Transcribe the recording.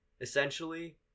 essentially